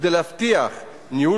אבל כמובן החלטתי להעלותה על סדר-היום